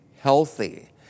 healthy